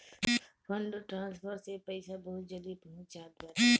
fund transfer से पईसा बहुते जल्दी पहुंच जात बाटे